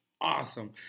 awesome